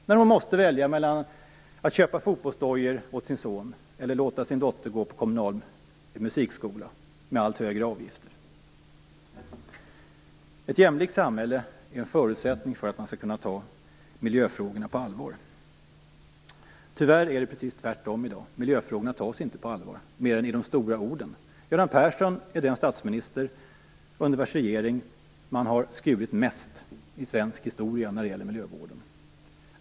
De måste välja mellan att köpa fotbollsdojor åt sin son eller låta sin dotter gå på kommunal musikskola med allt högre avgifter. Ett jämlikt samhälle är en förutsättning för att man skall kunna ta miljöfrågorna på allvar. Tyvärr är det i dag precis tvärtom. Miljöfrågorna tas inte på allvar mer än i de stora orden. Göran Persson är den statsminister under vars regering man har skurit mest i svensk historia när det gäller miljövården.